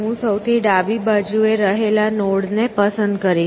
હું સૌથી ડાબી બાજુએ રહેલા નોડ ને પસંદ કરીશ